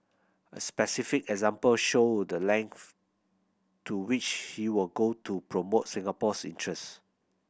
a specific example showed the length to which he will go to promote Singapore's interest